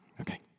Okay